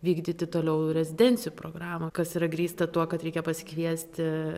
vykdyti toliau rezidencijų programą kas yra grįsta tuo kad reikia pasikviesti